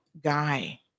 guy